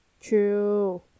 true